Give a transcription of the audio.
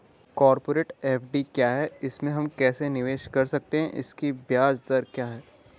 Corporate FD क्या है इसमें हम कैसे निवेश कर सकते हैं इसकी ब्याज दर क्या है?